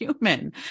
human